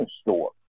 store